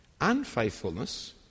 Unfaithfulness